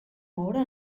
moure